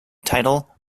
title